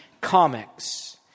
Comics